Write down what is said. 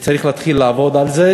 שצריך להתחיל בזה,